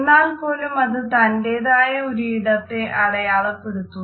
എന്നാൽപ്പോലും അത് തന്റേതായ ഒരു ഇടത്തെ അടയാളപ്പെടുത്തുന്നു